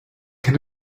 can